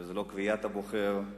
וזאת לא קביעת הבוחר.